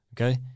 okay